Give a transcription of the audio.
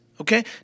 okay